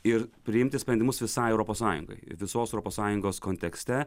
ir priimti sprendimus visai europos sąjungai visos europos sąjungos kontekste